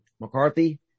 McCarthy